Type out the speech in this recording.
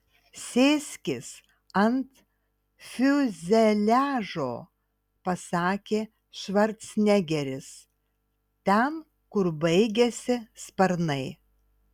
sėskis ant fiuzeliažo pasakė švarcnegeris ten kur baigiasi sparnai